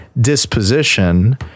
disposition